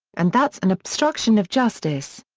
and that's an obstruction of justice.